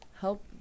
help